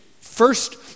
First